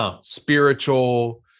spiritual